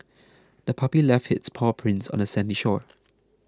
the puppy left its paw prints on the sandy shore